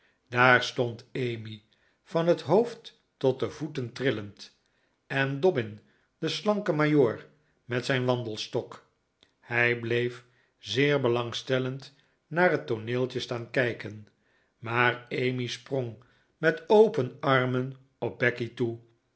daar stond emmy van het hoofd tot de voeten trillend en dobbin de slanke majoor met zijn wandelstok hij bleef zeer belangstellend naar het tooneeltje staan kijken maar emmy sprong met open armen op becky toe